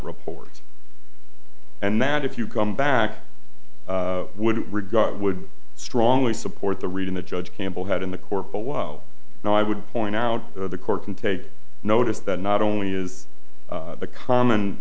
report and that if you come back i would regard it would strongly support the reading the judge campbell had in the court below now i would point out the court and take notice that not only is the common